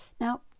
Now